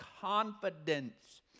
confidence